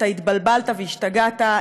אתה התבלבלת והשתגעת,